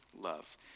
love